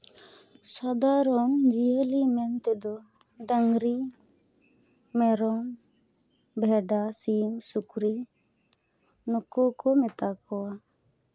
ᱥᱟᱫᱷᱟᱨᱚᱢ ᱡᱤᱭᱟᱹᱞᱤ ᱢᱮᱱ ᱛᱮᱫᱚ ᱰᱟᱝᱨᱤ ᱢᱮᱨᱚᱢ ᱵᱷᱮᱰᱟ ᱥᱤᱢ ᱥᱩᱠᱨᱤ ᱱᱩᱠᱩ ᱠᱚ ᱢᱮᱛᱟ ᱠᱚᱣᱟ